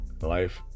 Life